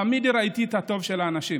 תמיד ראיתי את הטוב שבאנשים,